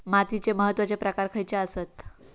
मातीचे महत्वाचे प्रकार खयचे आसत?